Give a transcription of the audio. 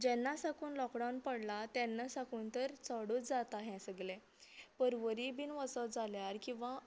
जेन्ना साकून लॉकडावन पडला तेन्ना साकून तर चडूच जाता हे सगळें पर्वरी बीन वचत जाल्यार किंवां